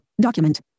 document